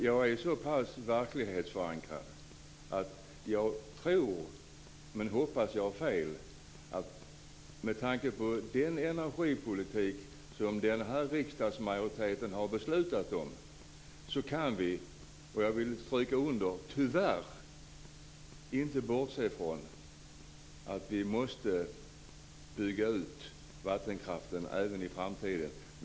Jag är så pass verklighetsförankrad att jag tror, men jag hoppas att jag har fel, att vi, med tanke på den energipolitik som den här riksdagsmajoriteten beslutat om, tyvärr inte kan bortse från att vi måste bygga ut vattenkraften även i framtiden.